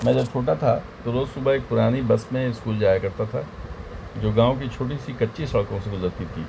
میں جب چھوٹا تھا تو روز صبح ایک پرانی بس میں اسکول جایا کرتا تھا جو گاؤں کی چھوٹی سی کچی سڑکوں سے گزرتی تھی